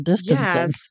Yes